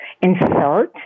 Insult